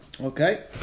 Okay